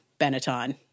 Benetton